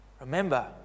Remember